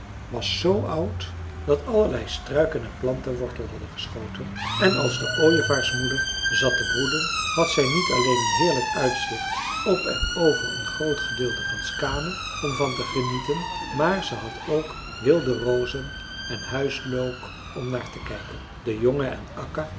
was zoo oud dat allerlei struiken en planten wortel hadden geschoten en als de ooievaarsmoeder zat te broeden had zij niet alleen een heerlijk uitzicht op en over een groot gedeelte van skaane om van te genieten maar ze had ook wilde rozen en huislook om naar te kijken de jongen en akka